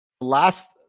Last